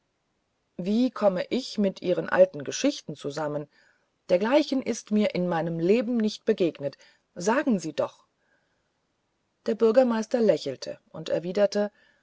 wie komme ich mit ihren alten geschichten zusammen dergleichen ist mir in meinem leben nicht begegnet sagen sie doch der bürgermeister lächelte und erwiderte